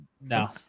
No